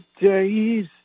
days